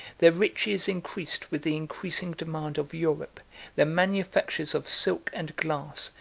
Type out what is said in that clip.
their riches increased with the increasing demand of europe their manufactures of silk and glass,